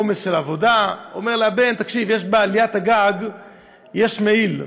עומס של עבודה: תקשיב, בעליית הגג יש מעיל.